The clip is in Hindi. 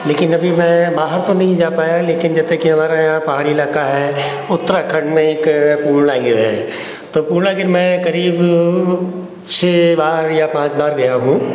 लेकिन अभी मैं बाहर तो नहीं जा पाया लेकिन जैसे कि हमारे यहाँ पहाड़ी इलाका है उत्तराखंड में एक पूर्णागिरि है तो पूर्णागिरि मैं करीब छह बार या पांच बार गया हूँ